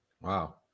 wow